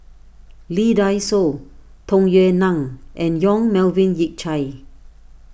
Lee Dai Soh Tung Yue Nang and Yong Melvin Yik Chye